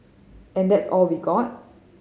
and that's was all we got